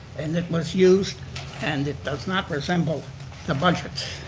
and it was used and it does not resemble a budget